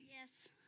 Yes